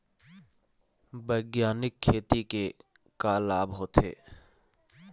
बैग्यानिक खेती के का लाभ होथे?